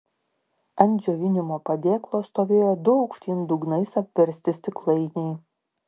ant džiovinimo padėklo stovėjo du aukštyn dugnais apversti stiklainiai